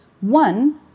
One